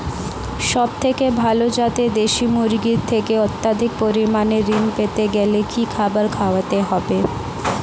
সবথেকে ভালো যাতে দেশি মুরগির থেকে অত্যাধিক পরিমাণে ঋণ পেতে গেলে কি খাবার খাওয়াতে হবে?